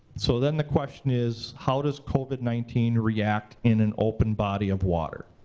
so then the question is how does covid nineteen react in an open body of water?